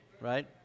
Right